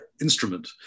instrument